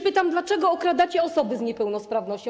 Pytam, dlaczego okradacie osoby z niepełnosprawnością.